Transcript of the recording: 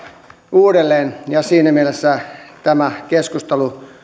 uudelleen ja siinä mielessä tämä keskustelu